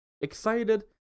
Excited